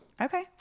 okay